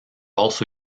also